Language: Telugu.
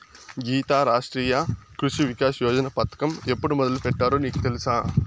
గీతా, రాష్ట్రీయ కృషి వికాస్ యోజన పథకం ఎప్పుడు మొదలుపెట్టారో నీకు తెలుసా